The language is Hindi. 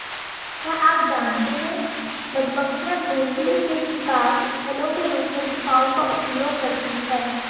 क्या आप जानते है मधुमक्खियां घोंसले के शिकार स्थलों के रूप में गुफाओं का उपयोग करती है?